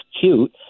cute